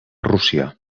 rússia